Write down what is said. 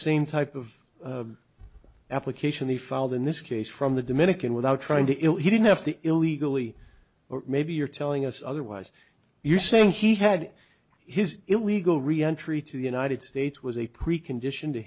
same type of application they filed in this case from the dominican without trying to it he didn't have the illegally or maybe you're telling us otherwise you're saying he had his illegal reentry to the united states was a precondition to